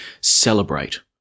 celebrate